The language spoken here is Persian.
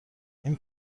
این